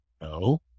No